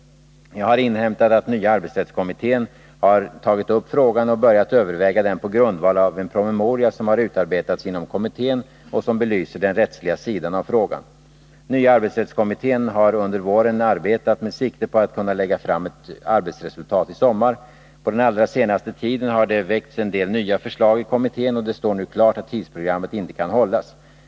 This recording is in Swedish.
Jag har inhämtat att nya arbetsrättskommittén har tagit upp frågan och börjat överväga den på grundval av en promemoria som har utarbetats inom kommittén och som belyser den rättsliga sidan av frågan. Nya arbetsrättskommittén har under våren arbetat med sikte på att kunna lägga fram ett arbetsresultat i sommar. På den allra senaste tiden har det väckts en del nya förslag i kommittén, och det står nu klart att tidsprogrammet inte kan hållas.